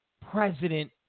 president